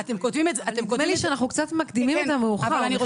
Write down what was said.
נדמה לי שאנחנו קצת מקדימים את המאוחר.